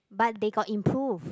but they got improve